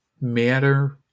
matter